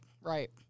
right